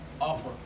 offer